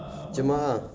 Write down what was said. jemaah